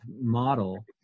model